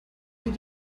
did